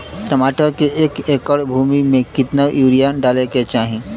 टमाटर के एक एकड़ भूमि मे कितना यूरिया डाले के चाही?